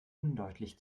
undeutlich